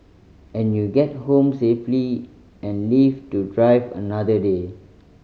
and you get home safely and live to drive another day